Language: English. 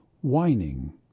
whining